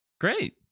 Great